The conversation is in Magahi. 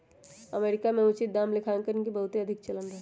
अमेरिका में उचित दाम लेखांकन के बहुते अधिक चलन रहै